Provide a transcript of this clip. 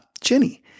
Jenny